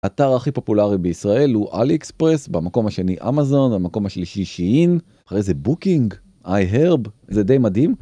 האתר הכי פופולרי בישראל הוא Aliexpress, במקום השני Amazon, במקום השלישי Shein, אחרי זה Booking, iHerb, זה די מדהים.